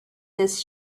this